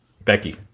Becky